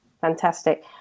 Fantastic